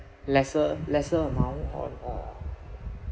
lesser lesser amount on uh